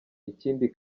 ikindi